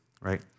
right